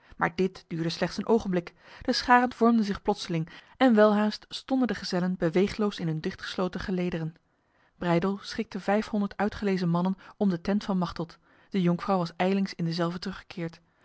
maar dit duurde slechts een ogenblik de scharen vormden zich plotseling en welhaast stonden de gezellen beweegloos in hun dichtgesloten gelederen breydel schikte vijfhonderd uitgelezen mannen om de tent van machteld de jonkvrouw was ijlings in dezelve teruggekeerd